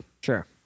Sure